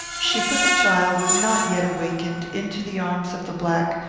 she put the child, not yet awakened, into the arms of the black,